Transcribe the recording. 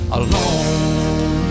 alone